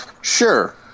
Sure